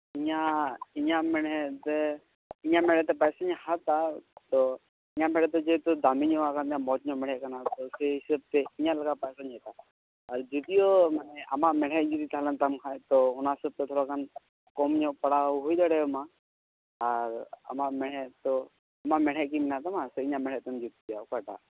ᱤᱧᱟᱹᱜ ᱤᱧᱟᱹᱜ ᱢᱚᱬᱦᱮᱫ ᱛᱮ ᱤᱧᱟᱹᱜ ᱢᱮᱬᱦᱮᱫ ᱛᱮ ᱯᱚᱭᱥᱟᱧ ᱦᱟᱛᱟᱣ ᱛᱚ ᱤᱧᱟᱹᱜ ᱢᱮᱬᱦᱮᱫ ᱫᱚ ᱡᱮᱦᱮᱛᱩ ᱫᱟᱢᱤ ᱧᱚᱜ ᱟᱜ ᱠᱟᱱ ᱛᱤᱧᱟᱹ ᱢᱚᱡᱽ ᱧᱚᱜ ᱢᱮᱬᱦᱮᱫ ᱠᱟᱱᱟ ᱛᱚ ᱥᱮᱭ ᱦᱤᱸᱥᱟᱹᱵ ᱛᱮ ᱤᱧᱟᱹᱜ ᱞᱮᱠᱟ ᱯᱚᱭᱥᱟᱧ ᱦᱟᱛᱟᱣᱟ ᱟᱨ ᱡᱩᱫᱤᱭᱳ ᱢᱟᱱᱮ ᱟᱢᱟᱜ ᱢᱮᱬᱦᱮᱫ ᱡᱩᱫᱤ ᱛᱟᱦᱮᱸᱞᱮᱱ ᱛᱟᱢ ᱠᱷᱟᱱ ᱛᱚ ᱚᱱᱟ ᱦᱤᱸᱥᱟᱹᱵ ᱛᱮ ᱛᱷᱚᱲᱟ ᱜᱟᱱ ᱠᱚᱢ ᱧᱚᱜ ᱯᱟᱲᱟᱣ ᱦᱩᱭ ᱫᱟᱲᱮᱭᱟᱢᱟ ᱟᱨ ᱟᱢᱟᱜ ᱢᱮᱬᱦᱮᱫ ᱫᱚ ᱟᱢᱟᱜ ᱢᱮᱬᱦᱮᱫ ᱠᱤ ᱢᱮᱱᱟᱜ ᱛᱟᱢᱟ ᱥᱮ ᱤᱧᱟᱹᱜ ᱢᱮᱬᱦᱮᱫ ᱛᱮᱢ ᱡᱩᱛ ᱦᱚᱪᱚᱭᱟ ᱚᱠᱟᱴᱟᱜ